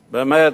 באמת,